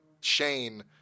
Shane